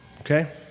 okay